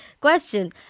question